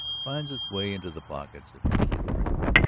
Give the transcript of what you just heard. finds its way into the pockets of kid rickard,